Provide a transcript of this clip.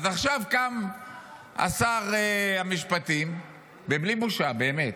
עכשיו קם שר המשפטים, ובלי בושה, באמת,